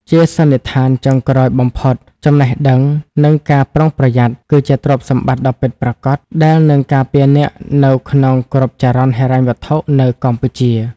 ជាសន្និដ្ឋានចុងក្រោយបំផុត "ចំណេះដឹង និងការប្រុងប្រយ័ត្ន" គឺជាទ្រព្យសម្បត្តិដ៏ពិតប្រាកដ ដែលនឹងការពារអ្នកនៅក្នុងគ្រប់ចរន្តហិរញ្ញវត្ថុនៅកម្ពុជា។